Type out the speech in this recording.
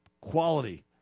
quality